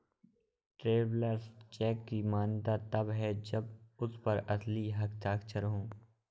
travellers cheque की मान्यता तब है जब उस पर असली हस्ताक्षर हो